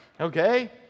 okay